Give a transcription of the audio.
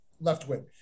left-wing